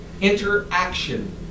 interaction